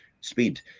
speed